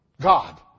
God